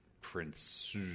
Prince